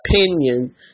opinion